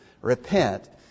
Repent